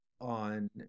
on